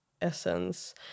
essence